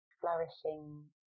flourishing